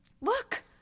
Look